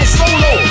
solo